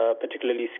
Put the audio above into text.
particularly